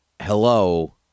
hello